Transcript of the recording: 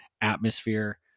atmosphere